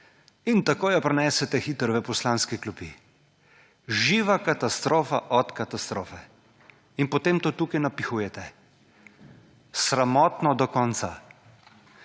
in takoj jo prinesete hitro v poslanske klopi. Živa katastrofa od katastrofe. In potem to tukaj napihujete. Sramotno do konca.